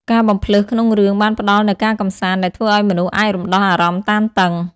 ការបំផ្លើសក្នុងរឿងបានផ្តល់នូវការកម្សាន្តដែលធ្វើឲ្យមនុស្សអាចរំដោះអារម្មណ៍តានតឹង។